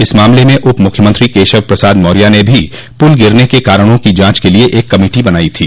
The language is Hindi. इस मामले में उपमुख्यमंत्री केशव प्रसाद मौर्य ने भी पुल गिरने के कारणों की जांच के लिए एक कमेटी बनाई थी